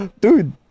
Dude